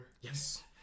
Yes